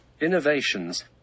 innovations